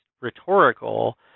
rhetorical